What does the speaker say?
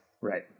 Right